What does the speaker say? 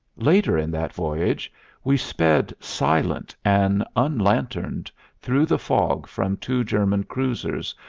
later in that voyage we sped silent and unlanterned through the fog from two german cruisers,